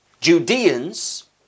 Judeans